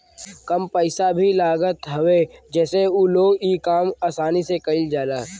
कम पइसा भी लागत हवे जसे उ लोग इ काम आसानी से कईल जाला